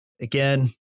again